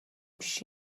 биш